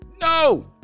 No